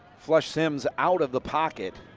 flush simms out of the pocket.